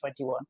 2021